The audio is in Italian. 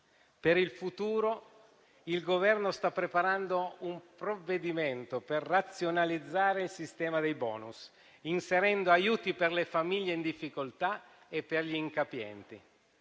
Per il futuro il Governo sta preparando un provvedimento per razionalizzare il sistema dei *bonus*, inserendo aiuti per le famiglie in difficoltà e per gli incapienti.